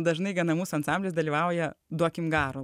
dažnai gana mūsų ansamblis dalyvauja duokim garo